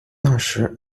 那时